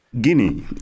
Guinea